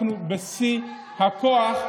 אנחנו בשיא הכוח,